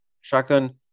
Shotgun